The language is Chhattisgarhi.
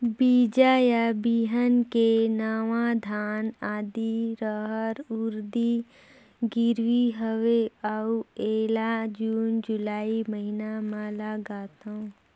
बीजा या बिहान के नवा धान, आदी, रहर, उरीद गिरवी हवे अउ एला जून जुलाई महीना म लगाथेव?